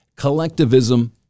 collectivism